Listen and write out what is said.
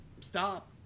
stop